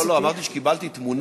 לא לא, אמרתי שקיבלתי תמונות,